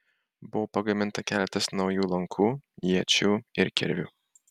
buvo pagaminta keletas naujų lankų iečių ir kirvių